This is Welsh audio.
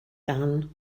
dan